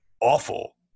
awful